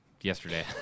yesterday